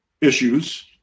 issues